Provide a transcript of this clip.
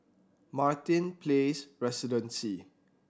Martin Place Residences